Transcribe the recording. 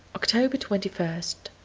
october twenty first.